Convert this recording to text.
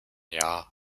jahr